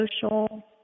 social